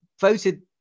voted